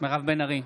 מירב בן ארי,